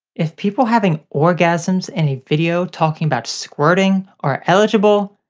if people having orgasms in a video talking about squirting are eligible,